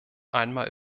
einmal